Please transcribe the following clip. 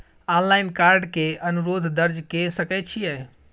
Online card के अनुरोध दर्ज के सकै छियै?